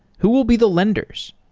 who will be the lenders?